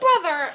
brother